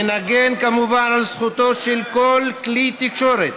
ונגן כמובן על זכותו של כלי תקשורת